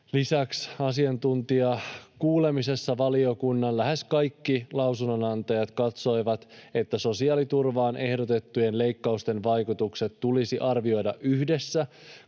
Lisäksi asiantuntijakuulemisessa lähes kaikki valiokunnan lausunnonantajat katsoivat, että sosiaaliturvaan ehdotettujen leikkausten vaikutukset tulisi arvioida yhdessä,